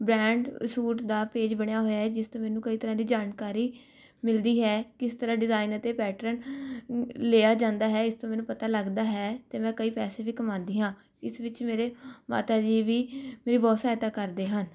brand suit ਦਾ page ਬਣਿਆ ਹੋਇਆ ਹੈ ਜਿਸ 'ਚ ਮੈਨੂੰ ਕਈ ਤਰ੍ਹਾਂ ਦੀ ਜਾਣਕਾਰੀ ਮਿਲਦੀ ਹੈ ਕਿਸ ਤਰ੍ਹਾਂ ਡਿਜ਼ਾਇਨ ਅਤੇ ਪੈਟਰਨ ਲਿਆ ਜਾਂਦਾ ਹੈ ਇਸ ਤੋਂ ਮੈਨੂੰ ਪਤਾ ਲੱਗਦਾ ਹੈ ਅਤੇ ਮੈਂ ਕਈ ਪੈਸੇ ਵੀ ਕਮਾਉਂਦੀ ਹਾਂ ਇਸ ਵਿੱਚ ਮੇਰੇ ਮਾਤਾ ਜੀ ਵੀ ਮੇਰੀ ਬਹੁਤ ਸਹਾਇਤਾ ਕਰਦੇ ਹਨ